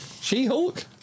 She-Hulk